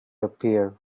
appear